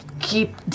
keep